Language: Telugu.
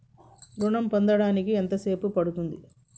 ఋణం పొందడానికి ఎంత సేపు పడ్తుంది?